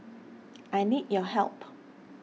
I need your help